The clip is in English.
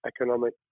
economic